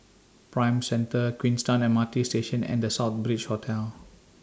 Prime Centre Queenstown M R T Station and The Southbridge Hotel